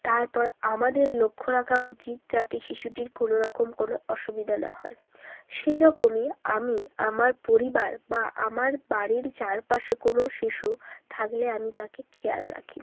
তারপর আমাদের লক্ষ্য রাখা উচিত যাতে শিশুটির কোনো রকম কোনো অসুবিধা না হয় সেই রকমই আমি আমার পরিবার বা আমার বাড়ির চারপাশে কোনো শিশু থাকলে আমি তাকে খেয়াল রাখি